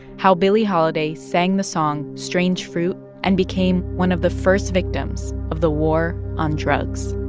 how billie holiday sang the song strange fruit and became one of the first victims of the war on drugs